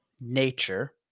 nature